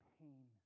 pain